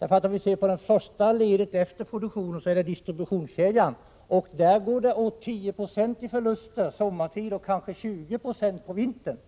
I det första ledet efter produktionen, distributionskedjan, går det åt 10 96 i förluster sommartid och kanske 20 96 på vintern.